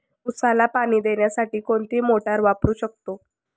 उसाला पाणी देण्यासाठी कोणती मोटार वापरू शकतो?